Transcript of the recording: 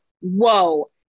whoa